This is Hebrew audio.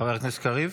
חבר הכנסת קריב,